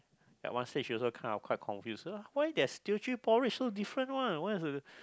at one stage you also kind of quite confused why does Teochew porridge so different one